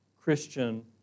Christian